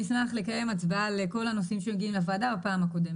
נשמח לקיים הצבעה על כל הנושאים שמגיעים לוועדה בפעם הקודמת.